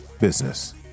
business